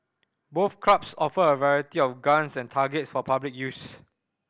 both clubs offer a variety of guns and targets for public use